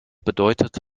bedeutet